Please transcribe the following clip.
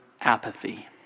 apathy